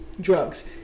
drugs